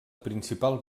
principal